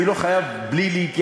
אני לא חייב, בלי להתייחס